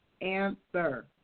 answer